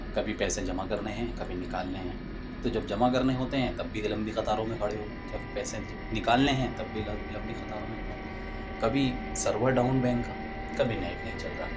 کبھی پیسے جمع کرنے ہیں کبھی نکالنے ہیں تو جب جمع کرنے ہوتے ہیں تب بھی یہ لمبی قطاروں میں کھڑے ہوے ہوں جب پیسے نکالنے ہیں تب بھی لم لمبی قطاروں میں کھڑے ہوں کبھی سرور ڈاؤن بینک کا کبھی نیٹ نہیں چل رہا